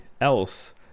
else